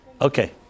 Okay